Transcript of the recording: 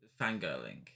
fangirling